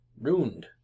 Ruined